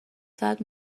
ساعت